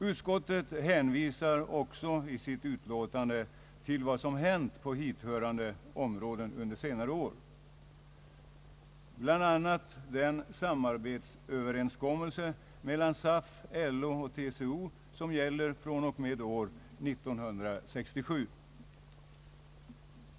Utskottet hänvisar också i sitt utlåtande till vad som hänt på hithörande områden under senare år, bl.a. den samarbetsöverenskommelse mellan SAF, LO och TCO som gäller fr.o.m. år 1967.